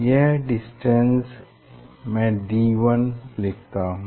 यह डिस्टेंस मैं d1 लिखता हूँ